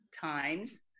times